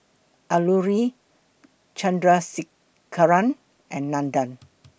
Alluri Chandrasekaran and Nandan